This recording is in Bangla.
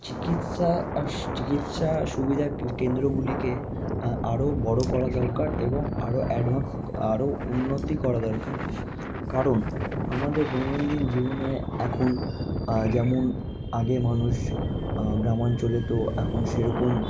চিকিৎসা আর চিকিৎসা সুবিধা কেন্দ্রগুলিকে আরও বড়ো করা দরকার এবং আরও অ্যাডভান্স আরও উন্নতি করা দরকার কারণ আমাদের দৈনন্দিন জীবনে এখন যেমন আগে মানুষ গ্রাম অঞ্চলে তো এখন সেরকম